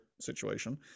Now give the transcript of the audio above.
situation